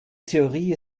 theorie